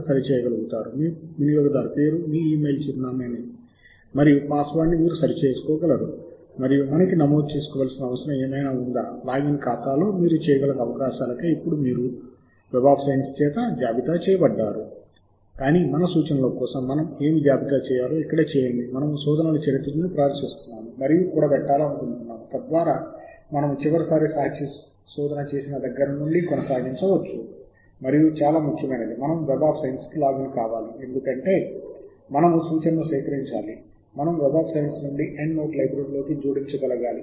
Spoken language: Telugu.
మళ్ళీ ప్రొఫైల్ కోసం మీరు అధికారిక ఇమెయిల్ను ఉపయోగించాలి తద్వారా మీరు మీరు మీ సాహిత్య శోధన చేస్తున్నప్పుడు ఒక సంస్థతో మీకు గల అనుబంధాన్ని చూపించ గలుగుతారు మరియు ఈ ఆధారాలను సులభతరం చేయండి తద్వారా మీరు సాహిత్య శోధన చేయవలసి వచ్చినప్పుడు ఎప్పుడైనా పోర్టల్కు లాగిన్ అవ్వవచ్చు మరియు మీరు లాగిన్ అయిన తర్వాత మీ శోధనలని మరియు శోధన చరిత్రని సేవ్ చేయవచ్చు